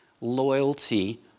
loyalty